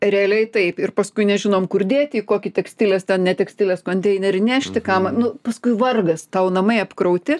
realiai taip ir paskui nežinom kur dėti į kokią tekstilės ten ne tekstilės konteinerį nešti kam nu paskui vargas tau namai apkrauti